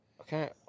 Okay